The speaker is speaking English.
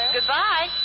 Goodbye